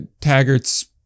Taggart's